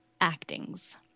actings